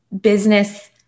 business